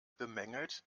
bemängelt